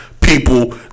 people